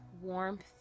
warmth